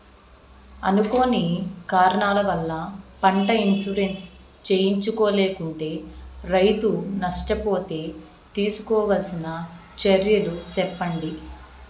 అనుకోని కారణాల వల్ల, పంట ఇన్సూరెన్సు చేయించలేకుంటే, రైతు నష్ట పోతే తీసుకోవాల్సిన చర్యలు సెప్పండి?